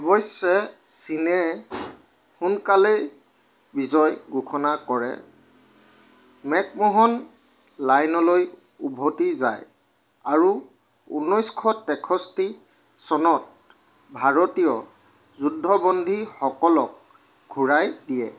অৱশ্যে চীনে সোনকালেই বিজয় ঘোষণা কৰে মেকমোহন লাইনলৈ উভতি যায় আৰু ঊনেছশ তেষষ্ঠি চনত ভাৰতীয় যুদ্ধবন্দীসকলক ঘূৰাই দিয়ে